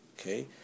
Okay